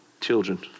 children